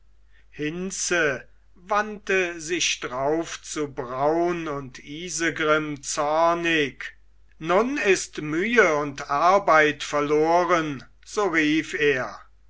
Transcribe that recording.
hinze wandte sich drauf zu braun und isegrim zornig nun ist mühe und arbeit verloren so rief er